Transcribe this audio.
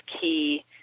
key